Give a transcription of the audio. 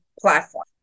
platform